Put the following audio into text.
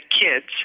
kids